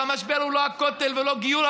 והמשבר הוא לא הכותל ולא גיור,